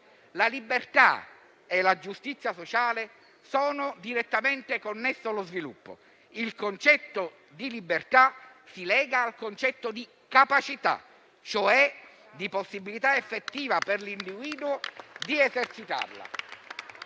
La libertà e la giustizia sociale sono direttamente connesse allo sviluppo; il concetto di libertà si lega al concetto di capacità, cioè di possibilità effettiva per l'individuo di esercitarla,